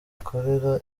zikorera